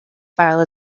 file